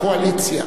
קואליציה.